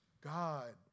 God